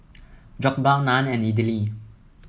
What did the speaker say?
Jokbal Naan and Idili